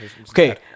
Okay